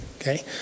Okay